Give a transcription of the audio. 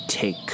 Take